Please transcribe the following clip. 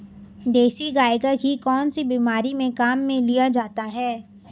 देसी गाय का घी कौनसी बीमारी में काम में लिया जाता है?